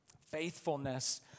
Faithfulness